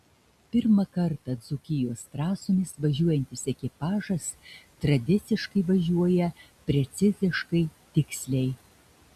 pirmą kartą dzūkijos trasomis važiuojantis ekipažas tradiciškai važiuoja preciziškai tiksliai